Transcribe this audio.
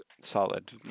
Solid